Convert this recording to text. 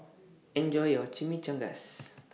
Enjoy your Chimichangas